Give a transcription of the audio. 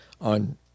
on